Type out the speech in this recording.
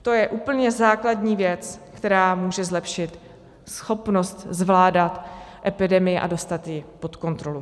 To je úplně základní věc, která může zlepšit schopnost zvládat epidemii a dostat ji pod kontrolu.